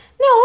No